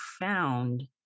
found